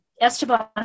Esteban